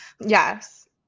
Yes